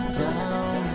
down